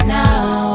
now